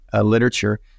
literature